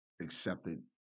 accepted